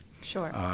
Sure